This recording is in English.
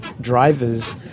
drivers